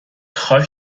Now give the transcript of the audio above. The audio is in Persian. خاک